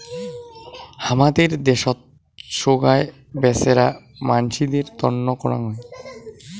হামাদের দ্যাশোত সোগায় বেচেরা মানসিদের তন্ন করাং হই